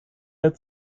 der